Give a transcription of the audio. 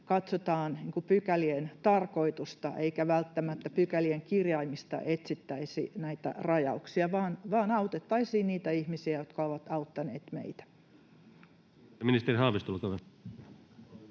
katsotaan pykälien tarkoitusta eikä välttämättä pykälien kirjaimista etsittäisi näitä rajauksia vaan autettaisiin niitä ihmisiä, jotka ovat auttaneet meitä.